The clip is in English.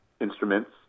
instruments